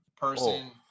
Person